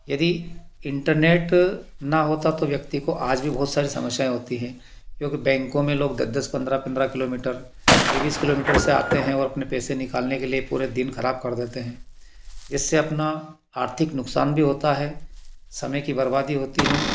यदि इन्टरनेट न होता तो व्यक्ति को आज भी बहुत सारा समस्याएँ होती है क्योंकि बैंको में लोग दस दस पन्द्रह पन्द्रह किलोमीटर बी बीस किलोमीटर से आते है और अपने पैसे निकालने के लिए पूरे दिन ख़राब कर देते है जिससे अपना आर्थिक नुकसान भी होता है समय की बर्बादी होती है